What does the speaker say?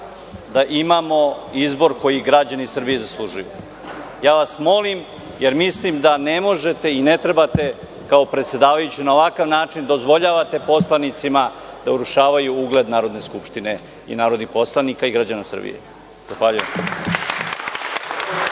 da imamo izbor koji građani Srbije zaslužuju. Ja vas molim, jer mislim da ne možete i ne trebate kao predsedavajući na ovakav način da dozvoljavate poslanicima da urušavaju ugled Narodne skupštine i narodnih poslanika i građana Srbije.